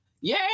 Yay